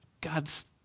God's